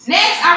Next